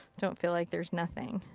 don't feel like there's nothing.